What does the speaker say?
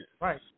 Right